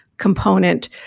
component